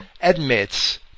admits